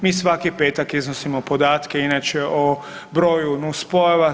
Mi svaki petak iznosimo podatke inače o broju nus pojava.